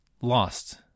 lost